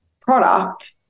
product